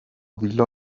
villa